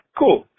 cool